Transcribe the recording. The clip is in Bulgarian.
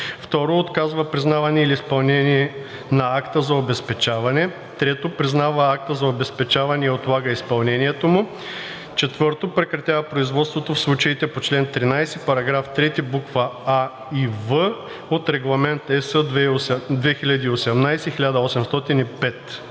2. отказва признаване или изпълнение на акта за обезпечаване; 3. признава акта за обезпечаване и отлага изпълнението му; 4. прекратява производството в случаите по чл. 13, параграф 3, букви „а“ и „в“ от Регламент (ЕС) 2018/1805;